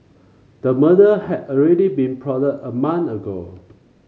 the murder had already been plotted a month ago